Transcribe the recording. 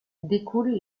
découle